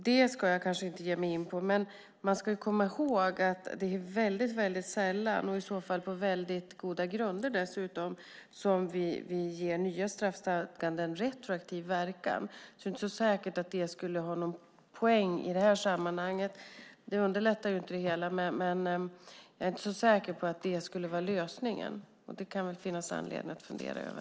Man ska dock komma ihåg att det är väldigt sällan, och dessutom på väldigt goda grunder i så fall, som vi ger nya straffstadganden retroaktiv verkan. Det är alltså inte så säkert att det skulle ha någon poäng i detta sammanhang. Det underlättar inte det hela, men jag är inte så säker på att det skulle vara lösningen. Det kan det finnas anledning att fundera över.